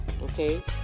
Okay